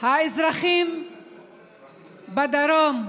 האזרחים בדרום,